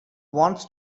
wants